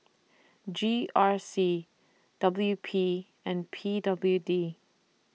G R C W P and P W D